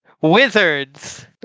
Wizards